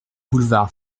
boulevard